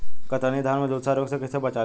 कतरनी धान में झुलसा रोग से कइसे बचल जाई?